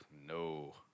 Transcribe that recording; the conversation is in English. No